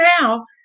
now